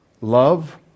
love